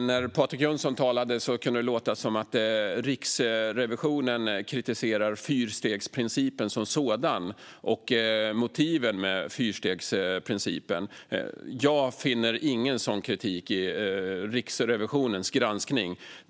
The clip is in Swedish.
när Patrik Jönsson talade kunde låta som att Riksrevisionen kritiserar fyrstegsprincipen som sådan och motiven med den. Jag finner ingen sådan kritik i Riksrevisionens granskning.